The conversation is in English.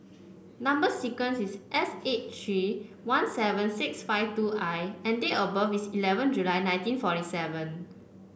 number sequence is S eight three one seven six five two I and date of birth is eleven July nineteen forty seven